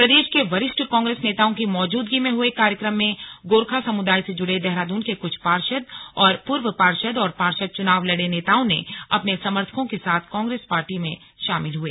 प्रदेश के वरिष्ठ कांग्रेस नेताओं की मौजूदगी में हुए कार्यक्रम में गोरखा समुदाय से जुड़े देहरादून के कुछ पार्षद और पूर्व पार्षद और पार्षद चुनाव लड़े नेताओं ने अपने समर्थकों के साथ कांग्रेस पार्टी में शामिल हुए